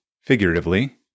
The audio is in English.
figuratively